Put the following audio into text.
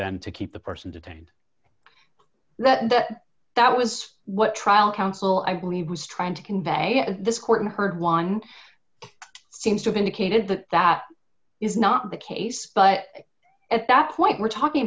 than to keep the person detained that that was what trial counsel i believe was trying to convey this court heard one seems to indicated that that is not the case but at that point we're talking